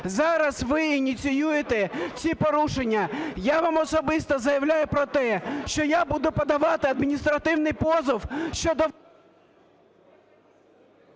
Зараз ви ініціюєте ці порушення. Я вам особисто заявляю про те, що я буду подавати адміністративний позов щодо...